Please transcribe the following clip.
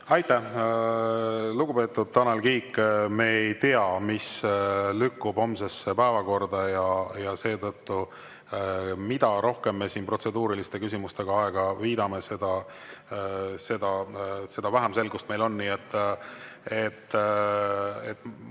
Aitäh! Lugupeetud Tanel Kiik! Me ei tea, mis lükkub homsesse päevakorda, ja seetõttu, mida rohkem me siin protseduuriliste küsimustega aega viidame, seda vähem selgust meil on. Nii et